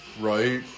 right